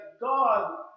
God